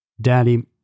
Daddy